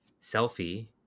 selfie